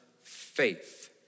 faith